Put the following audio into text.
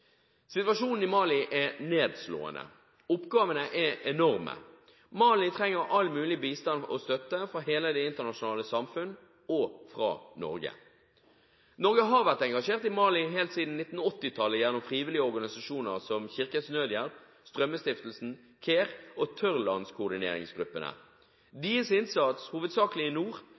Situasjonen i Mali er nedslående. Oppgavene er enorme. Mali trenger all mulig bistand og støtte fra hele det internasjonale samfunn, også fra Norge. Norge har vært engasjert i Mali helt siden 1980-tallet gjennom frivillige organisasjoner som Kirkens Nødhjelp, Strømmestiftelsen, CARE og Tørrlandskoordineringsgruppen. Deres innsats, hovedsakelig i nord,